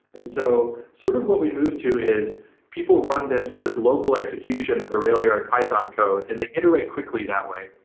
and so, sort of what we moved to is people run this this local execution of the railyard python code and they iterate quickly that way.